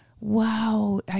wow